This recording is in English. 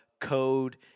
code